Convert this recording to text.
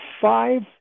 five